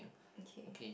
okay